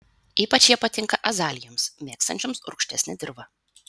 ypač jie patinka azalijoms mėgstančioms rūgštesnę dirvą